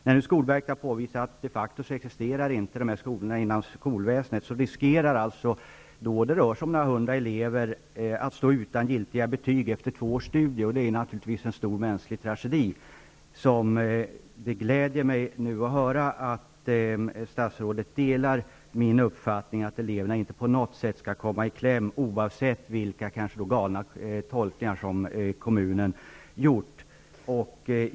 När skolverket har påpekat att det de facto inte existerar sådana skolor inom skolväsendet, risker alltså eleverna -- det rör sig om några hundra elever -- att stå utan giltiga betyg efter två års studier. Det är naturligtvis en stor mänsklig tragedi. Det gläder mig att nu få höra att statsrådet delar min uppfattning att eleverna inte på något sätt skall få komma i kläm, oavsett vilka kanske galna tolkningar som kommunen än har gjort.